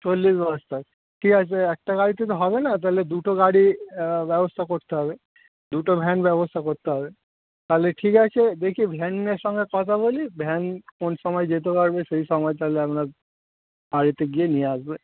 চল্লিশ বস্তা ঠিক আছে ওই একটা গাড়িতে তো হবে না তাহলে দুটো গাড়ি ব্যবস্থা করতে হবে দুটো ভ্যান ব্যবস্থা করতে হবে তাহলে ঠিক আছে দেখি ভ্যানের সঙ্গে কথা বলি ভ্যান কোন সময় যেতে পারবে সেই সময় তাহলে আপনার বাড়িতে গিয়ে নিয়ে আসবে